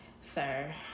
sir